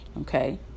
Okay